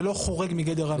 זה לא חורג מגדר הנושא.